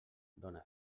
done